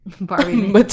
barbie